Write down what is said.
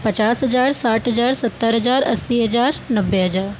पचास हजार साठ हजार सत्तर हजार अस्सी हजार नब्बे हजार